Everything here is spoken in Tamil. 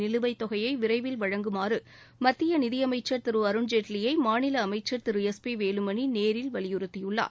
நிலுவைத்தொகையை விரைவில் வழங்குமாறு மத்திய நிதி அமைச்சா் திரு அருண்ஜேட்லியை மாநில அமைச்சர் திரு எஸ் பி வேலுமணி நேரில் வலியுறுத்தியுள்ளார்